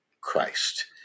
Christ